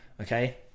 okay